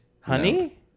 honey